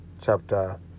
chapter